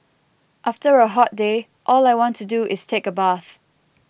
after a hot day all I want to do is take a bath